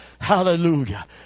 Hallelujah